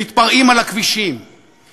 שמתפרעים על הכבישים,